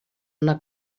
una